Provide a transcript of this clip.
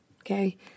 Okay